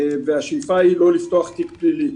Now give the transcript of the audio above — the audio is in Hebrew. השאיפה היא לא לפתוח תיק פלילי.